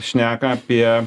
šneka apie